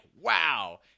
wow